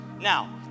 now